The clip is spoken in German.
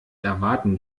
erwarten